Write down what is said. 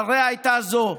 הרי הייתה זו: